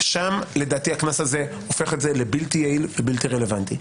שם לדעתי הקנס הזה הופך את זה לבלתי יעיל ובלתי רלוונטי.